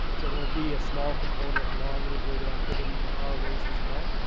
so there'll be a small component of long live radioactivity in our waste as well.